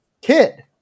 kid